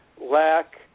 lack